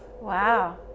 Wow